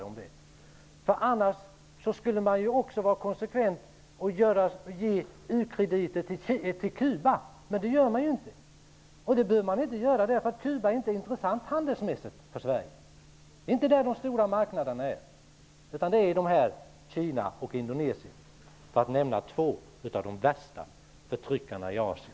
Om det inte vore så skulle man vara konsekvent och ge Kuba u-krediter, men det gör man inte. Man behöver inte det, eftersom Kuba inte är handelsmässigt intressant för Sverige. Det är inte där de stora marknaderna finns; det är i Kina och Indonesien, för att nämna två av de värsta förtryckarna i Asien.